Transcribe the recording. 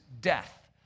death